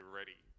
ready